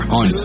on